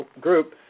group